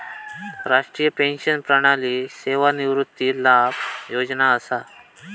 राष्ट्रीय पेंशन प्रणाली सेवानिवृत्ती लाभ योजना असा